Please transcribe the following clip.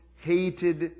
hated